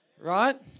right